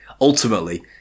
Ultimately